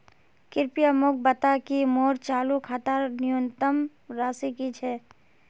कृपया मोक बता कि मोर चालू खातार न्यूनतम राशि की छे